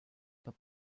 pas